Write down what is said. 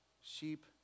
sheep